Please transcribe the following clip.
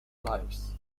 lives